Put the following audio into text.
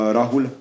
Rahul